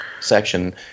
section